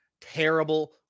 terrible